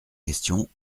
question